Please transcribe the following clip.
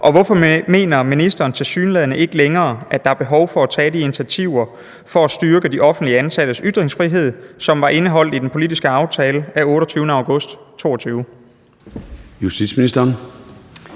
og hvorfor mener ministeren tilsyneladende ikke længere, at der er behov for at tage de initiativer for at styrke de offentligt ansattes ytringsfrihed, som var indeholdt i den politiske aftale af 28. august 2022? Formanden